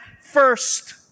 first